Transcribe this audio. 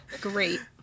Great